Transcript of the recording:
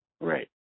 Right